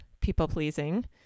people-pleasing